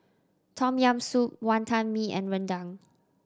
Tom Yam Soup Wantan Mee and rendang